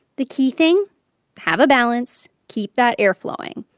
the key thing have a balance, keep that air flowing.